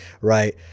right